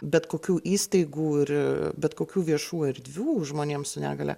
bet kokių įstaigų ir bet kokių viešų erdvių žmonėms su negalia